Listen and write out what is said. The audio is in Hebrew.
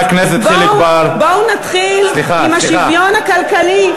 בואו נתחיל עם השוויון הכלכלי.